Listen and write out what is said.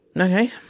Okay